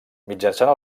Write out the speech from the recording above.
mitjançant